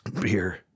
Beer